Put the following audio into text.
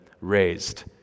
raised